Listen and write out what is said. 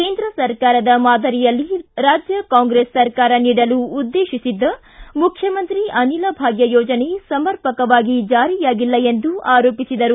ಕೇಂದ್ರ ಸರ್ಕಾರದ ಮಾದರಿಯಲ್ಲಿ ರಾಜ್ಯ ಕಾಂಗ್ರೆಸ್ ಸರ್ಕಾರ ನೀಡಲು ಉದ್ದೇಶಿಸಿದ್ದ ಮುಖ್ಯಮಂತ್ರಿ ಅನಿಲ ಭಾಗ್ಯ ಯೋಜನೆ ಸಮರ್ಪಕವಾಗಿ ಜಾರಿಯಾಗಿಲ್ಲ ಎಂದು ಆರೋಪಿಸಿದರು